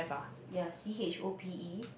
ya C_H_O_P_E